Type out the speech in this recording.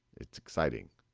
it's exciting.